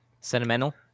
Sentimental